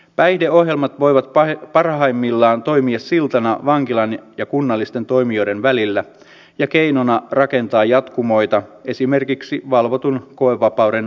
päihdeohjelmat voivat parhaimmillaan toimia siltana vankilan ja kunnallisten toimijoiden välillä ja keinona rakentaa jatkumoita esimerkiksi valvotun koevapauden ajaksi